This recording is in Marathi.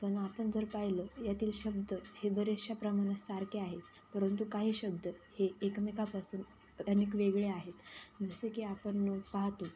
पण आपण जर पाहिलं यातील शब्द हे बऱ्याचशा प्रमाणात सारखे आहेत परंतु काही शब्द हे एकमेकापासून अनेक वेगळे आहेत जसे की आपण पाहतो